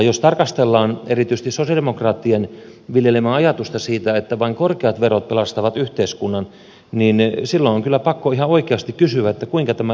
jos tarkastellaan erityisesti sosialidemokraattien viljelemää ajatusta siitä että vain korkeat verot pelastavat yhteiskunnan niin silloin on kyllä pakko ihan oikeasti kysyä kuinka tämä yhteiskunta toimii